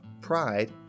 pride